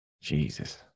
Jesus